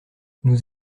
nous